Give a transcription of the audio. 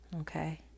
okay